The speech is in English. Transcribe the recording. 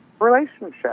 relationship